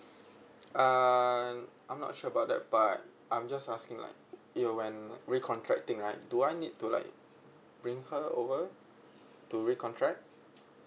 uh I'm not sure about that but I'm just asking like you when re-contracting right do I need to like bring her over to re-contract